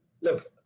look